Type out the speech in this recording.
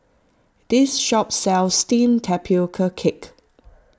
this shop sells Steamed Tapioca Cake